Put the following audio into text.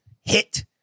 hit